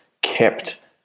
kept